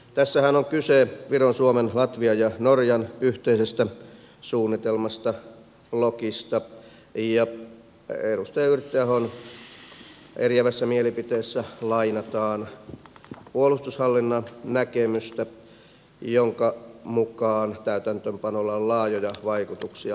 tässähän on kyse viron suomen latvian ja norjan yhteisestä suunnitelmasta blokista ja edustaja yrttiahon eriävässä mielipiteessä lainataan puolustushallinnon näkemystä jonka mukaan täytäntöönpanolla on laajoja vaikutuksia maanpuolustukseen